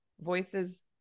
voices